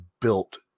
built